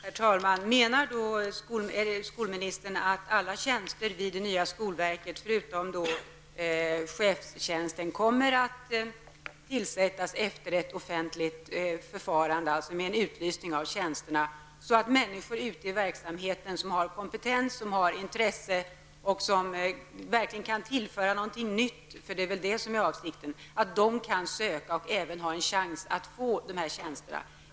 Herr talman! Menar skolministern att alla tjänster vid det nya skolverket, förutom chefstjänsten, kommer att tillsättas efter ett offentligt förfarande, alltså med en utlysning av tjänsterna så att människor ute i verksamheten som har kompetens, intresse och som verkligen kan tillföra något nytt -- det är väl det som är avsikten -- kan söka och även har en chans att få dessa tjänster?